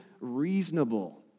reasonable